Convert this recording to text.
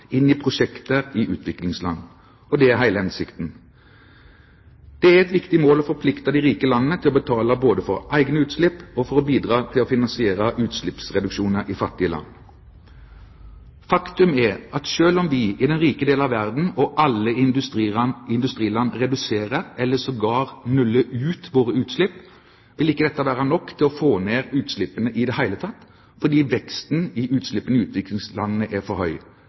inn i prosjekter i utviklingsland, og det er hele hensikten. Det er et viktig mål å forplikte de rike landene til både å betale for egne utslippsreduksjoner og bidra til å finansiere utslippsreduksjoner i fattige land. Faktum er at selv om vi i den rike del av verden og alle industriland reduserer, eller sågar nuller ut, våre utslipp, vil ikke dette være nok til å få ned utslippene i det hele tatt, fordi veksten i utslippene i utviklingslandene er for høy.